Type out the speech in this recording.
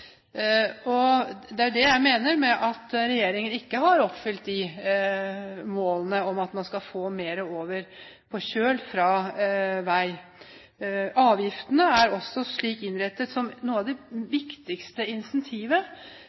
Det er det jeg mener med at regjeringen ikke har oppfylt målene om at man skal få mer over på kjøl fra vei. Avgiftene – som noe av de viktigste